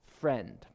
friend